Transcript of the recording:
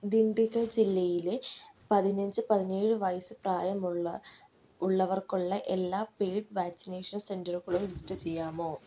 ദിണ്ടിഗൽ ജില്ലയിലെ പതിനഞ്ച് പതിനേഴ് വയസ്സ് പ്രായമുള്ള ഉള്ളവർക്കുള്ള എല്ലാ പെയ്ഡ് വാക്സിനേഷൻ സെന്ററുകളും ലിസ്റ്റ് ചെയ്യാമോ